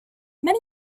many